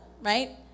right